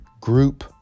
group